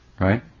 right